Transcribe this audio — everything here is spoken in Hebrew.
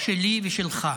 שלי ושלך.